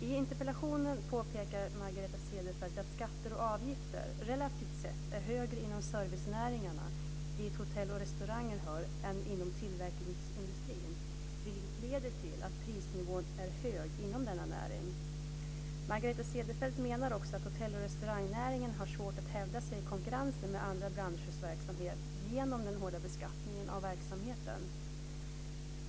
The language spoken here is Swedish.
I interpellationen påpekar Margareta Cederfelt att skatter och avgifter relativt sett är högre inom servicenäringarna, dit hotell och restauranger hör, än inom tillverkningsindustrin, vilket leder till att prisnivån är hög inom denna näring. Margareta Cederfelt menar också att hotell och restaurangnäringen har svårt att hävda sig i konkurrensen med andra branschers verksamhet genom den hårda beskattningen av verksamheten.